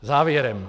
Závěrem.